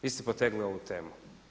Vi ste potegli ovu temu.